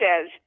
says